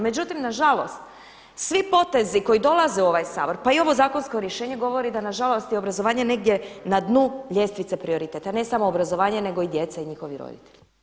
Međutim, nažalost svi potezi koji dolaze u ovaj Sabor pa i ovo zakonsko rješenje govori da nažalost i obrazovanje negdje na dnu ljestvice prioriteta, ne samo obrazovanje nego i djeca i njihovi roditelji.